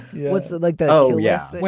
what's it like there? oh, yes,